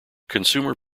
consumer